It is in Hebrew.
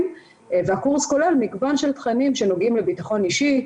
והקורס כולל מגוון של תכנים שנוגעים לביטחון אישי,